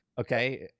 Okay